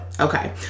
okay